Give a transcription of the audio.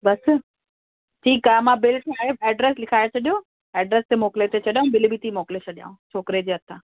बसि ठीकु आहे मां बिल ठाहे एड्रैस लिखाइ छॾियो एड्रैस ते मोकिले थी छॾियां बिल बि थी मोकिले छॾियाव छोकिरे जे हथां